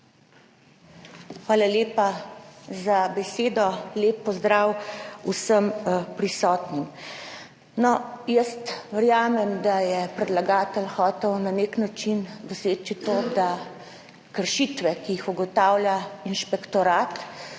Hvala lepa za besedo. Lep pozdrav vsem prisotnim! Jaz verjamem, da je predlagatelj hotel na nek način doseči to, da bi se kršitve, ki jih ugotavlja inšpektorat,